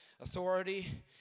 authority